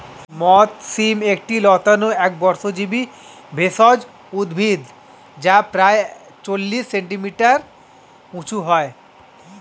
মথ শিম একটি লতানো একবর্ষজীবি ভেষজ উদ্ভিদ যা প্রায় চল্লিশ সেন্টিমিটার উঁচু হয়